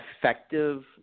effective